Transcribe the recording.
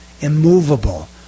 immovable